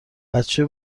بچه